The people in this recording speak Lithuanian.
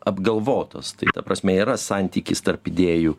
apgalvotas tai ta prasme yra santykis tarp idėjų